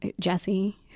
Jesse